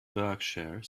berkshire